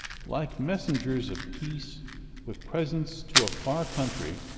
like messengers of peace with presents to a far country,